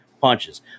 punches